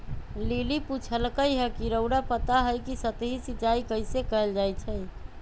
lily पुछलई ह कि रउरा पता हई कि सतही सिंचाई कइसे कैल जाई छई